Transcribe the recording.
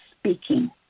speaking